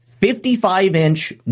55-inch